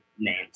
names